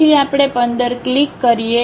પછી આપણે 15 ક્લિક કરીએ